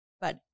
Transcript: But-